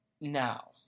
Now